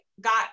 got